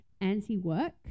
anti-work